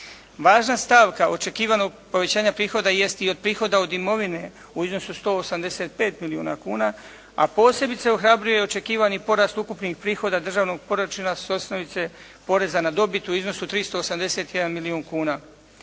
Važna stavka očekivanog povećanja prihoda jest i od prihoda od imovine u iznosu 185 milijuna kuna, a posebice ohrabruje očekivani porast ukupnih prihoda državnog proračuna s osnovice poreza na dobit u iznosu 381 milijun kuna.